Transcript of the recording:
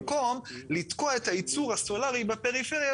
במקום לתקוע את הייצור הסולארי בפריפריה,